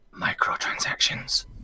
microtransactions